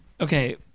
okay